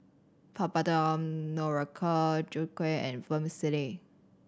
Papadum Noriander Chutney and Vermicelli